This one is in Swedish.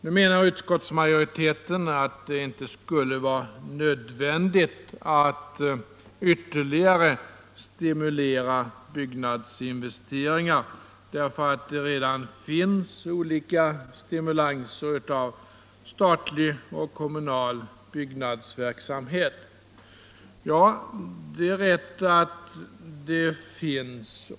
Nu menar utskottsmajoriteten att det inte skulle vara nödvändigt att ytterligare stimulera byggnadsinvesteringarna, därför att det redan finns olika stimulanser av statlig och kommunal byggnadsverksamhet. Ja, det är riktigt att sådana stimulanser finns.